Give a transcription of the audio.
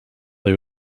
they